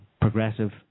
progressive